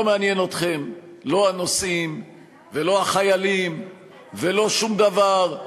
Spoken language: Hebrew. לא מעניין אתכם לא הנוסעים ולא החיילים ולא שום דבר.